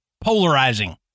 polarizing